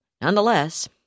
Nonetheless